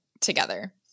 together